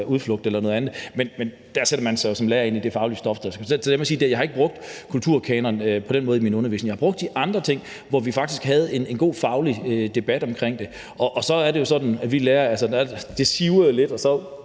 udflugt eller noget andet, men der sætter man sig jo som lærer ind i det faglige stof. Så jeg må sige, at jeg ikke har brugt kulturkanonen på den måde i min undervisning. Jeg har brugt de andre ting, hvor vi faktisk havde en god faglig debat omkring det. Og så er det jo sådan med os lærere, at det siver lidt, og så